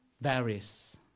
varies